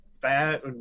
fat